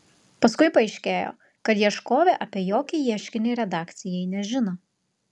paskui paaiškėjo kad ieškovė apie jokį ieškinį redakcijai nežino